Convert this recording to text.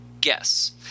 guess